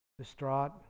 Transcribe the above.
distraught